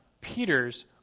Peter's